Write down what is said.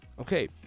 Okay